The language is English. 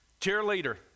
cheerleader